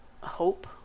hope